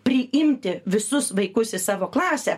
priimti visus vaikus į savo klasę